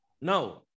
No